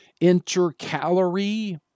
intercalary